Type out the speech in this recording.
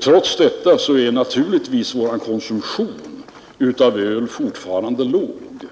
Trots detta är vår konsumtion av öl fortfarande låg.